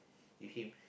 give him